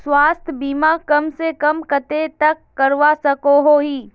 स्वास्थ्य बीमा कम से कम कतेक तक करवा सकोहो ही?